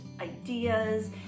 ideas